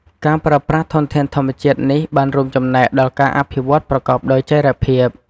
ការប្រើប្រាស់ធនធានធម្មជាតិនេះបានរួមចំណែកដល់ការអភិវឌ្ឍន៍ប្រកបដោយចីរភាព។